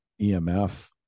EMF